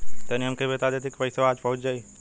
तनि हमके इ बता देती की पइसवा आज पहुँच जाई?